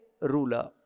ruler